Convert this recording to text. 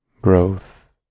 growth